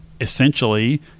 essentially